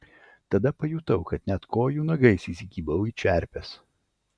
tada pajutau kad net kojų nagais įsikibau į čerpes